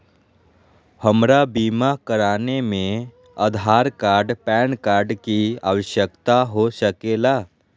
हमरा बीमा कराने में आधार कार्ड पैन कार्ड की आवश्यकता हो सके ला?